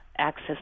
access